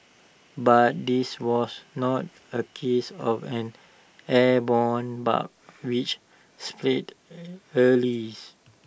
but this was not A case of an airborne bug which spreads early